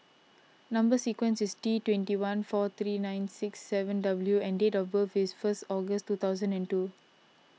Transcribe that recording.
Number Sequence is T twenty one four three nine six seven W and date of birth is first August two thousand and two